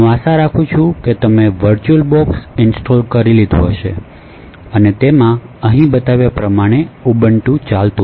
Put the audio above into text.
હું આશા રાખું છું કે તમે વર્ચ્યુઅલ બોક્સ ઇન્સ્ટોલ કરી લીધુ હોય અને તેમાં અહીં બતાવ્યા પ્રમાણે ઉબુન્ટુ ચાલે છે